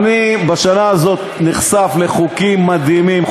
בשנה הזאת אני נחשף לחוקים מדהימים,